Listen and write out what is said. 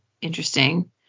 interesting